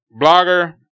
blogger